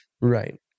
Right